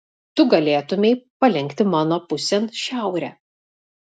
tu galėtumei palenkti mano pusėn šiaurę